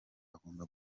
agomba